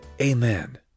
amen